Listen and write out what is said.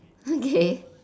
okay